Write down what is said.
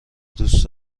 دوست